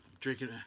drinking